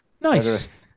Nice